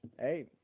Hey